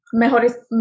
mejores